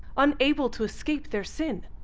unable to escape their sin.